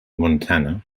montana